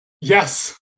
Yes